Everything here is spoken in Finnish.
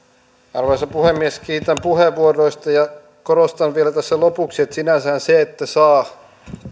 arvoisa puhemies kiitän puheenvuoroista ja korostan vielä tässä lopuksi että sinänsähän se että saa rahallista